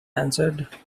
answered